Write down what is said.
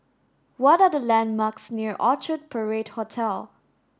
what are the landmarks near Orchard Parade Hotel